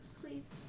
Please